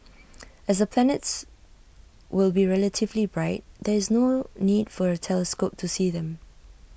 as the planets will be relatively bright there is no need for A telescope to see them